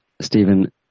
Stephen